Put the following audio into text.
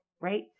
right